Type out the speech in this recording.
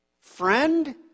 Friend